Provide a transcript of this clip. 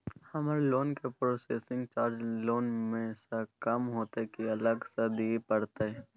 हमर लोन के processing charge loan म स कम होतै की अलग स दिए परतै?